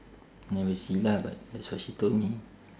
never see lah but that's what she told me